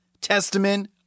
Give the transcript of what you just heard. testament